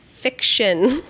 fiction